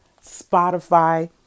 Spotify